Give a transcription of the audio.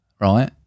right